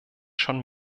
schon